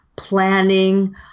planning